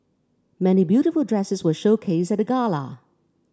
many beautiful dresses were showcased at the gala